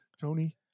Tony